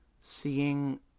seeing